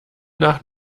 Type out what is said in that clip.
nach